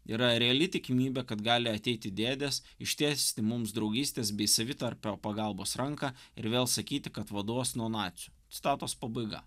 yra reali tikimybė kad gali ateiti dėdės ištiesti mums draugystės bei savitarpio pagalbos ranką ir vėl sakyti kad vaduos nuo nacių citatos pabaiga